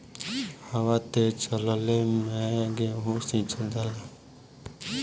हवा तेज चलले मै गेहू सिचल जाला?